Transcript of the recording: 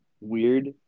weird